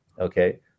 Okay